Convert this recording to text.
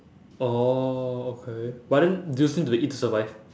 orh okay but then do you still need to eat to survive